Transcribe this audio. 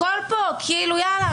הכול פה כאילו יאללה,